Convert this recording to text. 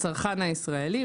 לצרכן הישראלי,